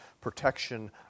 protection